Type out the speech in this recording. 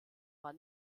war